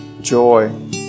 joy